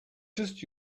just